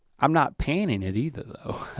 i'm not panning it either though.